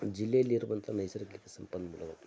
ಜಿಲ್ಲೆಯಲ್ಲಿರುವಂಥ ನೈಸರ್ಗಿಕ ಸಂಪನ್ಮೂಲಗಳು